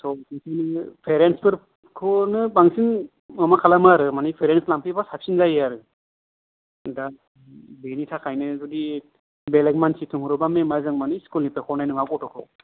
स पेरेन्टस फोरखौनो बांसिन मामा खालामो आरो पेरेन्टस लांफैयोबा साबसिन जायो आरो दा बेनि थाखायनो जुदि बेलेक मानसि नों हरोबा मेमा जों मानि स्कुल निफ्राय हरनाय नंङा गथ'खौ